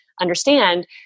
understand